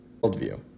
worldview